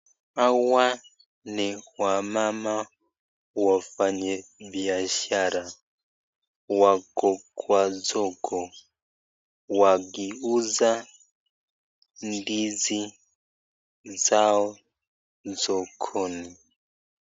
Hawa ni wamama wafanyibiashara, wako kwa soko wakiuza ndizi zao sokoni.